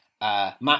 Matt